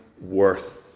worth